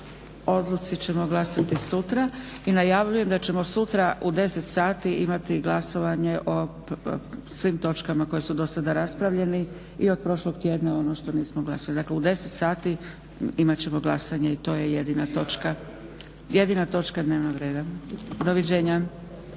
odluci ćemo glasati sutra. I najavljujem da ćemo sutra u 10,00 sati imati glasovanje o svim točkama koje su do sada raspravljeni i od prošlog tjedna ono što nismo glasovali. Dakle, u 10,00 sati imat ćemo glasanje i to je jedina točka, jedina točka dnevnoga reda. Doviđenja!